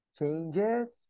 changes